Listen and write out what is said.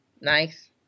Nice